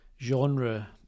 genre –